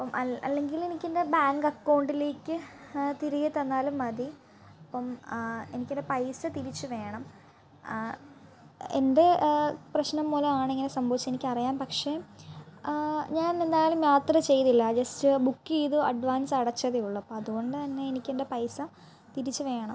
അപ്പോൾ അല്ലെങ്കിൽ എനിക്കെൻ്റെ ബാങ്ക് അക്കൗണ്ടിലേക്ക് തിരികെ തന്നാലും മതി അപ്പം എനിക്കെൻ്റെ പൈസ തിരിച്ചു വേണം എൻ്റെ പ്രശ്നം മൂലമാണ് ഇങ്ങനെ സംഭവിച്ചത് എനിക്കറിയാം പക്ഷെ ഞാനെന്തായാലും യാത്ര ചെയ്തില്ല ജെസ്റ്റ് ബുക്ക് ചെയ്ത് അഡ്വാൻസ് അടച്ചതേയുള്ളൂ അപ്പം അതുകൊണ്ടു തന്നെ എനിക്കെൻ്റെ പൈസ തിരിച്ചു വേണം